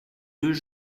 deux